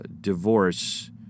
divorce